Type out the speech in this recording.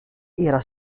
era